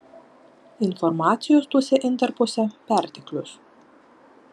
informacijos tuose intarpuose perteklius